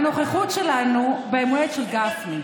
ביום הולדת של גפני?